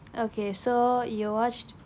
okay so you watched